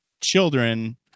children